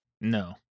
No